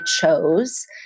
chose